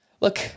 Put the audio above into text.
look